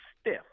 stiff